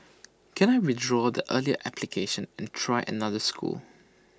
can I withdraw the earlier application and try another school